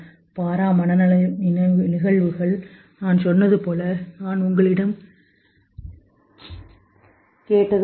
பாரா மனநல நிகழ்வுகள் நான் சொன்னது போல நான் உங்களிடம் கேட்டது போல